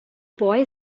boy